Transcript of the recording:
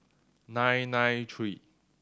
nine nine three